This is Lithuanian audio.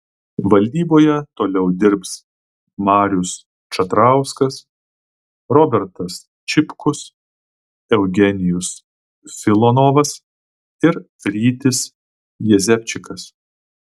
valdyboje toliau dirbs marius čatrauskas robertas čipkus eugenijus filonovas ir rytis jezepčikas